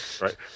Right